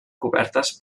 cobertes